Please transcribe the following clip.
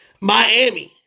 Miami